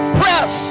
press